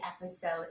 episode